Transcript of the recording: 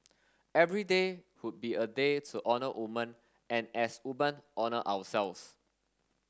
every day would be a day to honour woman and as woman honour ourselves